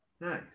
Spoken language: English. Nice